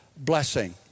blessing